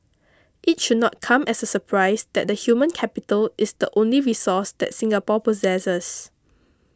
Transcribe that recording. it should not come as a surprise that the human capital is the only resource that Singapore possesses